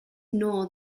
nor